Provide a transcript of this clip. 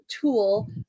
tool